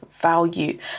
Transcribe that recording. value